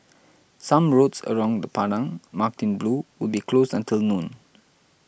some roads around the Padang marked in blue will be closed until noon